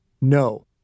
No